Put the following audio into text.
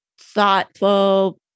thoughtful